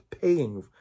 paying